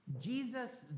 jesus